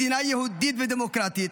מדינה יהודית ודמוקרטית,